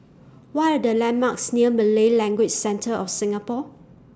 What Are The landmarks near Malay Language Centre of Singapore